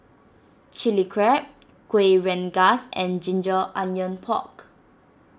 Chili Crab Kueh Rengas and Ginger Onions Pork